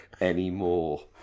anymore